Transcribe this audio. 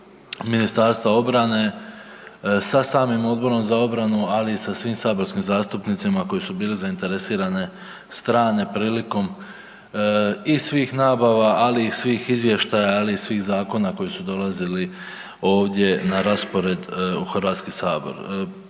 Ministarstva obrane sa samim Odborom za obranu ali i sa svim saborskim zastupnicima koji su bili zainteresirane strane prilikom i svih nabava, ali i svih izvještaja, ali i svih zakona koji su dolazili ovdje na raspored u Hrvatski sabor.